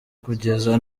kugeza